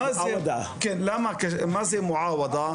מה זה מועוואדה?